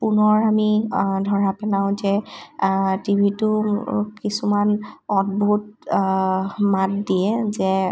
পুনৰ আমি ধৰা পেলাওঁ যে টিভিটো কিছুমান অদ্ভুত মাত দিয়ে যে